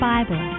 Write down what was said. Bible